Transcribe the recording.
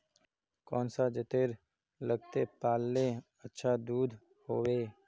कौन सा जतेर लगते पाल्ले अच्छा दूध होवे?